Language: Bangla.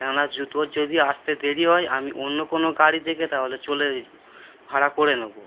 কেননা যো তোর যদি আসতে দেরি হয় আমি অন্য কোনো গাড়ি দেখে তাহলে চলে ভাড়া করে নেব